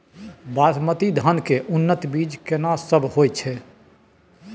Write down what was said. बासमती धान के उन्नत बीज केना सब होयत छै?